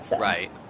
Right